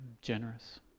generous